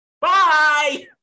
bye